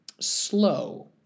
slow